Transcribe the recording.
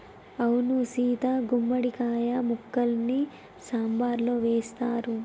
అవును సీత గుమ్మడి కాయ ముక్కల్ని సాంబారులో వేస్తారు